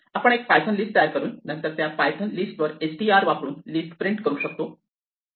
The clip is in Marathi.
आपण एक पायथन लिस्ट तयार करून नंतर त्या पायथन लिस्टवर str वापरून लिस्ट प्रिंट करू